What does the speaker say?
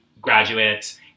graduates